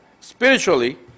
Spiritually